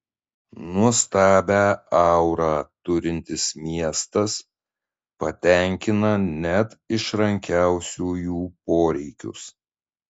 nuostabią aurą turintis miestas patenkina net išrankiausiųjų poreikius